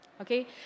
okay